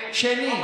שני.